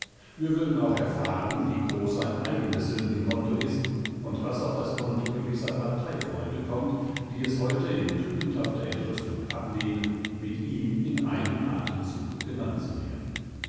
wir würden auch erfahren wie groß sein eigenes sündenkonto ist und was auf das konto gewisser parteifreunde kommt die es heute in tugendhafter entrüstung ablehnen mit ihm in einem atemzuge genannt zu werden